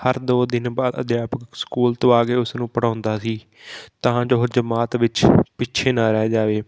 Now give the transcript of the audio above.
ਹਰ ਦੋ ਦਿਨ ਬਾਅਦ ਅਧਿਆਪਕ ਸਕੂਲ ਤੋਂ ਆ ਕੇ ਉਸ ਨੂੰ ਪੜ੍ਹਾਉਂਦਾ ਸੀ ਤਾਂ ਜੋ ਉਹ ਜਮਾਤ ਵਿੱਚ ਪਿੱਛੇ ਨਾ ਰਹਿ ਜਾਵੇ